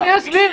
--- אני אסביר.